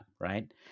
right